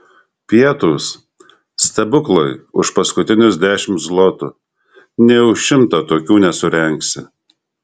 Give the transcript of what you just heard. pietūs stebuklai už paskutinius dešimt zlotų nė už šimtą tokių nesurengsi